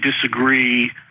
disagree